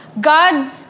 God